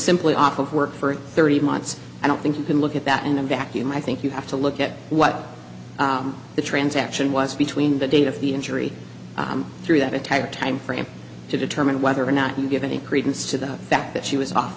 simply off of work for thirty months i don't think you can look at that in a vacuum i think you have to look at what the transaction was between the date of the injury through that entire time frame to determine whether or not you give any credence to the fact that she was off